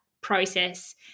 process